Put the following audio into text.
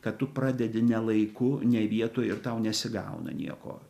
kad tu pradedi ne laiku ne vietoj ir tau nesigauna nieko